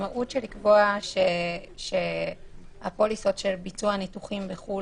המשמעות של לקבוע שהפוליסות של ביצוע ניתוחים בחו"ל,